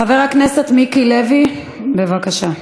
חבר הכנסת מיקי לוי, בבקשה.